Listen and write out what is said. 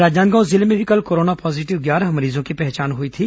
राजनांदगांव जिले में भी कल कोरोना पॉजीटिव ग्यारह मरीजों की पहचान हई थी